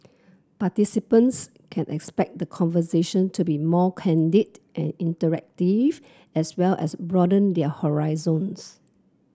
participants can expect the conversation to be more candid and interactive as well as broaden their horizons